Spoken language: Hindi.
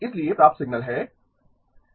इसलिए प्राप्त सिग्नल है r α s η